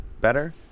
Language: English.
better